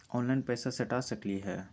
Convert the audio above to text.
Online पैसा सटा सकलिय है?